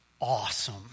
Awesome